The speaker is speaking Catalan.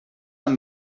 amb